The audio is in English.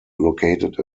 located